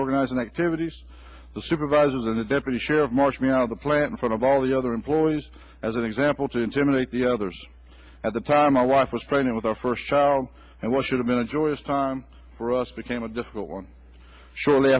organizing activities the supervisors and the deputy sheriff marched me out of the plant in front of all the other employees as an example to intimidate the others at the time my wife was pregnant with our first child and what should have been a joyous time for us became a difficult one shortly